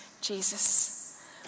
Jesus